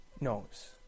knows